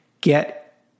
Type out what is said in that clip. Get